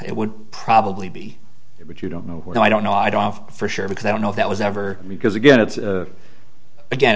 it would probably be there but you don't know what i don't know i'd offer for sure because i don't know if that was ever because again it's again